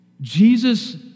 Jesus